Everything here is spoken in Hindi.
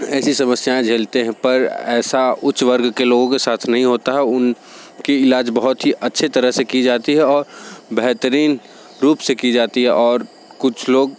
ऐसी समस्याएँ झेलते हैं पर ऐसा उच्च वर्ग के लोगों के साथ नहीं होता है उन की इलाज़ बहुत ही अच्छे तरह से की जाती है और बेहतरीन रूप से की जाती है और कुछ लोग